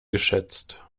geschätzt